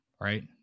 Right